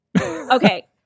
Okay